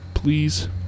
Please